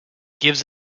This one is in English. gives